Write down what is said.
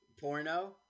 Porno